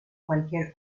cualquier